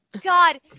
God